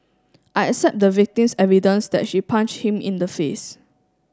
I accept the victim's evidence that she punched him in the face